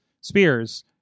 Spears